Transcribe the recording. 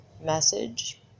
message